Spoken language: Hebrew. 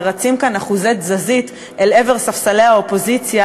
ורצים כאן אחוזי תזזית אל עבר ספסלי האופוזיציה